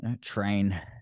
train